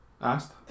Asked